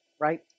right